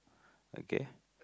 okay